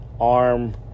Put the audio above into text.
arm